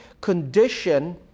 condition